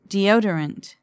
Deodorant